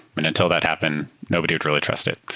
and until that happen, nobody would really trust it.